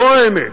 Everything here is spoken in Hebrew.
זו האמת.